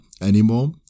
anymore